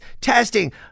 testing